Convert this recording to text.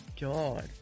god